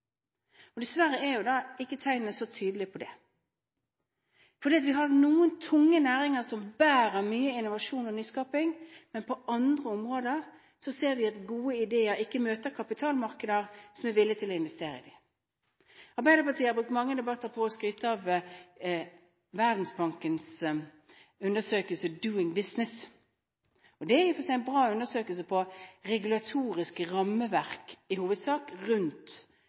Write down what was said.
dessverre er jo ikke tegnene så tydelige på det. Vi har noen tunge næringer som bærer mye innovasjon og nyskaping, men på andre områder ser vi at gode ideer ikke møter kapitalmarkeder som er villige til å investere i dem. Arbeiderpartiet har brukt mange debatter på å skryte av Verdensbankens undersøkelse «Doing Business». Det er jo en bra undersøkelse på regulatoriske rammeverk i hovedsak rundt